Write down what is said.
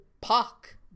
Puck